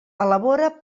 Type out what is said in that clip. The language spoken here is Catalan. elabora